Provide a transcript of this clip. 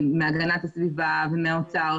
מהמשרד להגנת הסביבה וממשרד האוצר